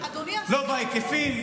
לא בהיקפים,